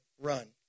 run